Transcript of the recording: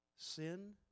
Sin